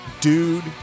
Dude